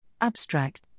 Abstract